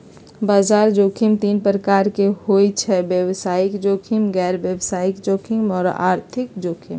बजार जोखिम तीन प्रकार के होइ छइ व्यवसायिक जोखिम, गैर व्यवसाय जोखिम आऽ आर्थिक जोखिम